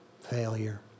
failure